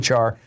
HR